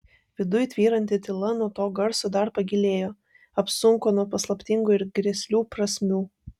viduj tvyranti tyla nuo to garso dar pagilėjo apsunko nuo paslaptingų ir grėslių prasmių